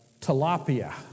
tilapia